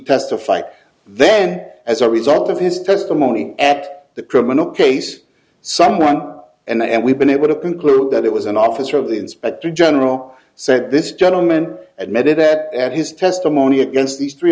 testified then as a result of his testimony at the criminal case someone and we've been it would have concluded that it was an officer of the inspector general so this gentleman admitted that his testimony against these three